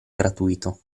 gratuito